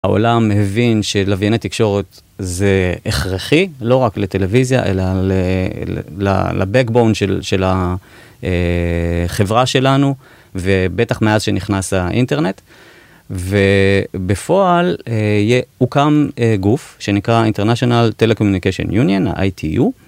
העולם הבין שלווייני תקשורת זה הכרחי לא רק לטלוויזיה אלא ל Backbone של החברה שלנו ובטח מאז שנכנס האינטרנט ובפועל הוקם גוף שנקרא International Telecommunication Union, ה-ITU